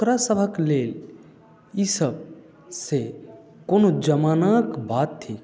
ओकरासभक लेल ईसभ से कोनो जमानाक बात थिक